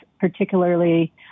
particularly